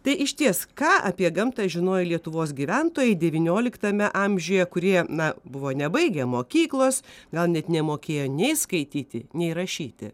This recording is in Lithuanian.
tai išties ką apie gamtą žinojo lietuvos gyventojai devynioliktame amžiuje kurie na buvo nebaigę mokyklos gal net nemokėjo nei skaityti nei rašyti